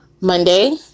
Monday